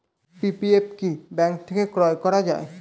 PPF কি bank থেকে ক্রয় করা যায়?